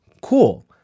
Cool